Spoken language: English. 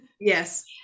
Yes